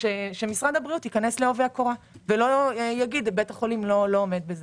שמשרד הבריאות ייכנס לעובי הקורה ולא יאמר: בית החולים לא עומד בזה.